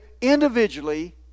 individually